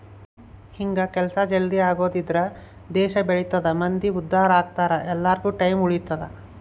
ಹಿಂಗ ಕೆಲ್ಸ ಜಲ್ದೀ ಆಗದ್ರಿಂದ ದೇಶ ಬೆಳಿತದ ಮಂದಿ ಉದ್ದಾರ ಅಗ್ತರ ಎಲ್ಲಾರ್ಗು ಟೈಮ್ ಉಳಿತದ